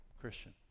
Christian